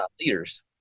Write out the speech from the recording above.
leaders